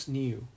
new